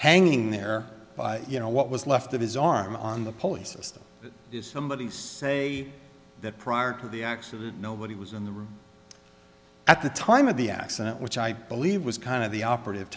hanging there by you know what was left of his arm on the police system is somebody say that prior to the accident nobody was in the room at the time of the accident which i believe was kind of the operative